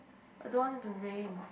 I don't want it to rain